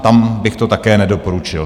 Tam bych to také nedoporučil.